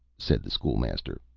said the school-master,